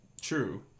true